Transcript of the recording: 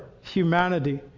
humanity